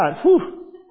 Whew